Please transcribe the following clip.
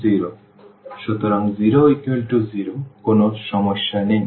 সুতরাং 0 0 কোনও সমস্যা নেই